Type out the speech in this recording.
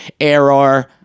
error